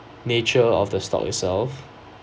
nature of the stock itself